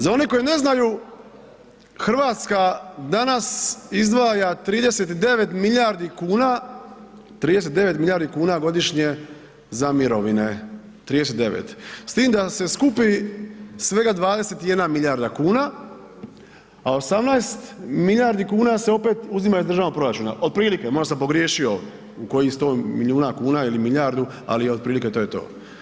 Za one koji ne znaju, RH danas izdvaja 39 milijardi kuna, 39 milijardi kuna godišnje za mirovine, 39 s tim da se skupi svega 21 milijarda kuna, a 18 milijardi kuna se opet uzima iz državnog proračuna, otprilike, možda sam pogriješio u kojih 100 milijuna kuna ili milijardu, ali otprilike to je to.